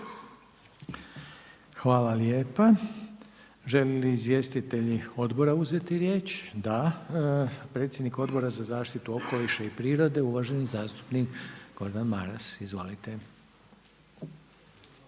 Hvala lijepa. Žele li izvjestitelji odbora uzeti riječ? Da. Predsjednik Odbora za zaštitu okoliša i prirode uvaženi zastupnik Gordan Maras. Izvolite.